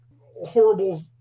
horrible